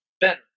better